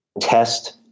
test